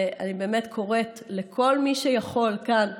ואני באמת קוראת לכל מי שיכול כאן ויושב: